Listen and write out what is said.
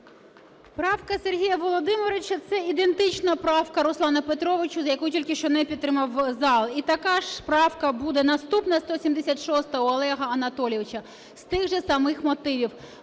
Правка Сергія Володимировича – це ідентична правки Руслана Петровича, яку тільки що не підтримав зал. І така ж правка буде наступна 176-а у Олега Анатолійовича, з тих же самих мотивів: